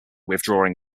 withdrawing